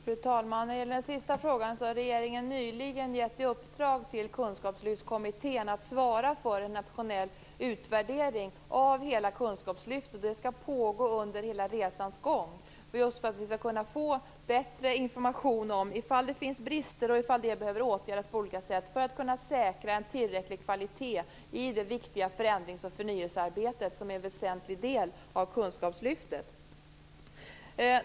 Fru talman! Som svar på den sista frågan har regeringen nyligen givit i uppdrag åt Kunskapslyftskommittén att svara för en nationell utvärdering av hela kunskapslyftet. Den skall pågå under hela resans gång just för att vi skall kunna få bättre information om ifall det finns brister och ifall de behöver åtgärdas på olika sätt för att man skall kunna säkra en tillräcklig kvalitet i det viktiga förändrings och förnyelsearbete som är en väsentlig del av kunskapslyftet.